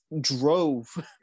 drove